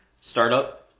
Startup